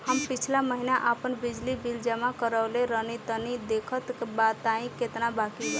हम पिछला महीना आपन बिजली बिल जमा करवले रनि तनि देखऽ के बताईं केतना बाकि बा?